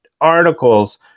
articles